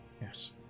Yes